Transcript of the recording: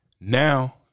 now